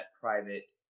private